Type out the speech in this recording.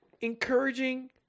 encouraging